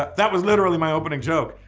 but that was literally my opening joke.